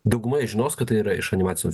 dauguma žinos kad tai yra iš animacinio